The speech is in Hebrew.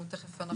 האפשרי.